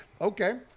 Okay